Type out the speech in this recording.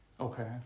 Okay